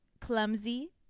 clumsy